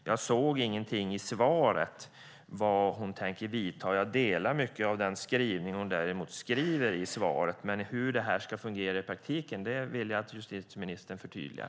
Jag såg ingenting i svaret om vilka åtgärder hon tänker vidta. Jag delar däremot mycket av skrivningen i svaret. Men hur det ska fungera i praktiken vill jag att justitieministern förtydligar.